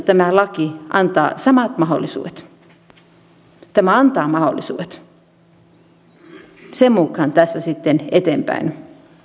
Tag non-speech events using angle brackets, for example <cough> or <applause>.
<unintelligible> tämä laki todellisuudessa antaa samat mahdollisuudet tämä antaa mahdollisuudet sen mukaan tässä mennään sitten eteenpäin